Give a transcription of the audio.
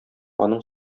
аның